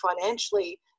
financially